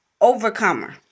Overcomer